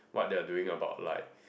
what they are doing about like